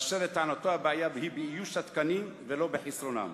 אשר לטענתו הבעיה היא באיוש התקנים ולא בחסרונם.